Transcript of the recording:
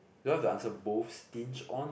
because the answer both stinge on